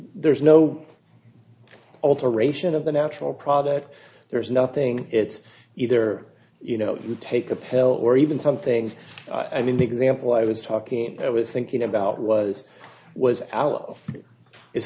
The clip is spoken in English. there's no alteration of the natural product there's nothing it's either you know you take a pill or even something i mean the example i was talking i was thinking about was was